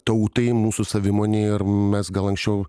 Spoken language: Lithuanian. tautai mūsų savimonėje ir mes gal anksčiau